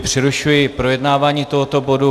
Přerušuji projednávání tohoto bodu.